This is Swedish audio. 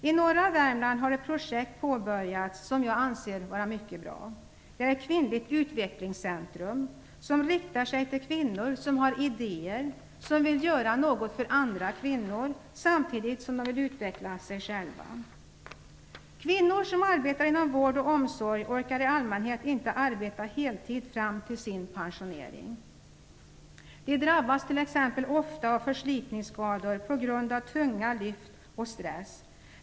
I norra Värmland har ett projekt påbörjats som jag anser vara mycket bra. Det är ett kvinnligt utvecklingscentrum som riktar sig till kvinnor som har idéer och som vill göra något för andra kvinnor samtidigt som de vill utveckla sig själva. Kvinnor som arbetar inom vård och omsorg orkar i allmänhet inte arbeta heltid fram til sin pensionering. De drabbas t.ex. ofta av förslitningsskador på grund av tunga lyft och stress.